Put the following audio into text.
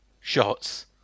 shots